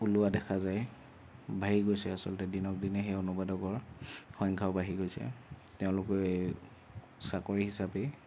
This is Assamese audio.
ওলোৱা দেখা যায় বাঢ়ি গৈছে আচলতে দিনক দিনে সেই অনুবাদকৰ সংখ্যাও বাঢ়ি গৈছে তেওঁলোকে চাকৰি হিচাপেই